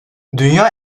dünya